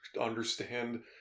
understand